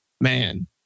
Man